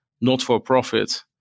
not-for-profit